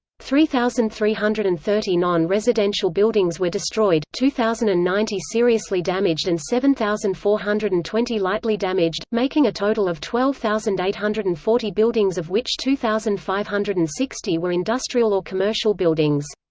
three thousand three hundred and thirty non-residential buildings were destroyed, two thousand and ninety seriously damaged and seven thousand four hundred and twenty lightly damaged, making a total of twelve thousand eight hundred and forty buildings of which two thousand five hundred and sixty were industrial or commercial buildings.